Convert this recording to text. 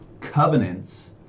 Covenants